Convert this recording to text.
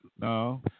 No